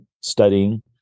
studying